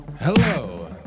Hello